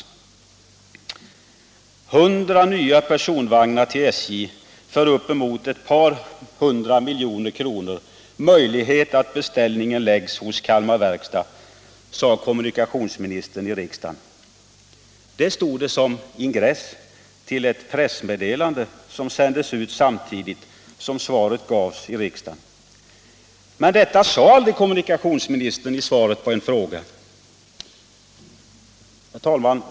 ”100 nya personvagnar till SJ för uppemot ett par hundra miljoner kronor. Möjlighet att beställningen läggs hos Kalmar Verkstad. Det sade kommunikationsministern i dag i riksdagen.” Det var ingressen till ett pressmeddelande som sändes ut samtidigt som svaret gavs i riksdagen. Men detta sade aldrig kommunikationsministern i svaret på frågan. Herr talman!